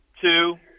Two